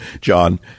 John